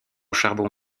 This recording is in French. charbon